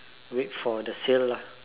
wait for the sale lah